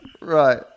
Right